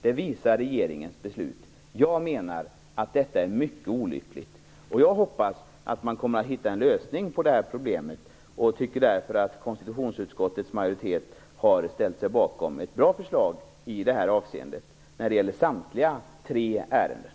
Det visar regeringens beslut. Jag menar att detta är mycket olyckligt och hoppas att man hittar en lösning på det här problemet. Därför tycker jag att konstitutionsutskottets majoritet har ställt sig bakom ett bra förslag i detta avseende när det gäller samtliga tre ärenden.